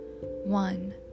one